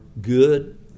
good